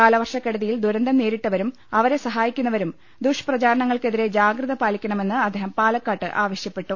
കാലവർഷ ക്കെടുതിയിൽ ദുരന്തം നേരിട്ടവരും അവരെ സഹായിക്കുന്നവരും ദുഷ് പ്രചാ രണങ്ങൾക്കെതിരെ ജാഗ്രത പാലിക്കണമെന്ന് അദ്ദേഹം പാലക്കാട്ട് ആവശ്യ പ്പെട്ടു